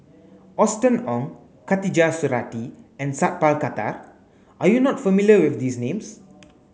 Austen Ong Khatijah Surattee and Sat Pal Khattar are you not familiar with these names